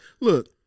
Look